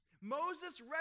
Moses